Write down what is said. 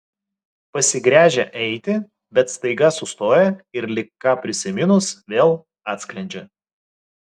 pasigręžia eiti bet staiga sustoja ir lyg ką prisiminus vėl atsklendžia